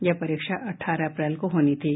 यह परीक्षा अठारह अप्रैल को होनी थी